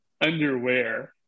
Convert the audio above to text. Underwear